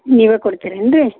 ನೀವೇ ಕೊಡ್ತೀರೇನು ರೀ